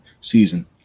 season